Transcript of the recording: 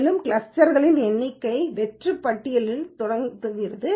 மேலும் கிளஸ்டர்க்களின் எண்ணிக்கையின் வெற்று பட்டியலில் துவக்குகிறேன்